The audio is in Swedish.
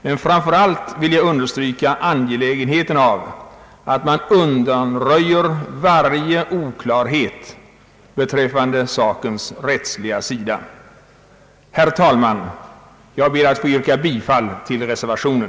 Men framför allt vill jag understryka angelägenheten av att man undanröjer varje oklarhet beträffande sakens rättsliga sida. Herr talman! Jag ber att få yrka bifall till reservationen.